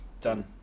done